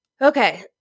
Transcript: Okay